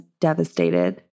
devastated